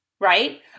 right